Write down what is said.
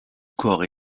corps